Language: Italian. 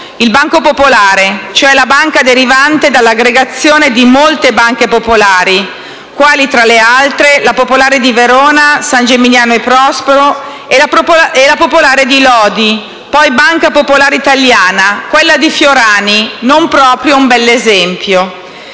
(il Banco Popolare, cioè la banca derivante dall'aggregazione di molte banche popolari quali, tra le altre, la Popolare di Verona, San Geminiano e San Prospero e la Popolare di Lodi, poi Banca Popolare Italiana, quella di Fiorani, non proprio un bell'esempio)